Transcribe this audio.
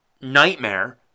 nightmare